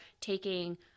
taking